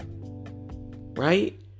Right